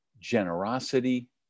generosity